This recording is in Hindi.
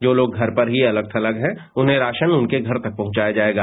जो लोग घर पर ही अलग थलग हैं उन्हें राशन उनके घर तक पहुंचाया जायेगा